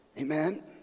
Amen